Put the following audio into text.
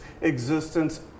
existence